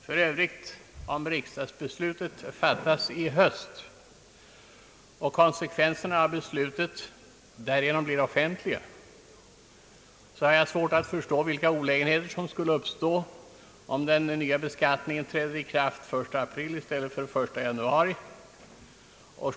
För övrigt: om riksdagsbeslutet fattas i höst och konsekvenserna av beslutet därigenom blir offentliga, har jag svårt att förstå vilka olägenheter som skulle uppstå, om den nya beskattningen träder i kraft den 1 april i stället för den 1 januari.